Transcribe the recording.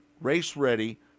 race-ready